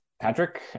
Patrick